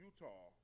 Utah